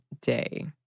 day